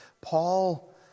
Paul